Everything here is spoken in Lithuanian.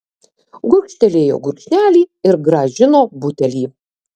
gurkštelėjo gurkšnelį ir grąžino butelį